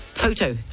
photo